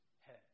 head